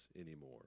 anymore